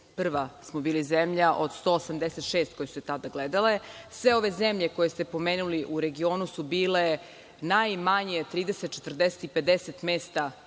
bili smo 91. zemlja od 186, koje su se tada gledale. Sve ove zemlje koje ste pomenuli u regionu su bile najmanje 30, 40 i 50 mesta